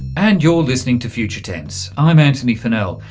and you're listening to future tense, i'm antony funnell,